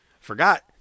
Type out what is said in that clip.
Forgot